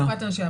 מקופת הנשייה.